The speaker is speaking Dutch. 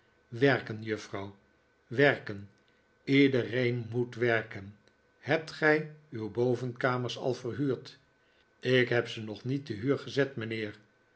juffrouw werken iedereen moet werken hebt gij uw bovenkamers al verhuurd ik heb ze nog niet te huur gezet mijnheer